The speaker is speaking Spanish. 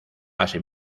así